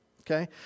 okay